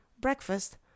breakfast